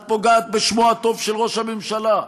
את פוגעת בשמו הטוב של ראש הממשלה,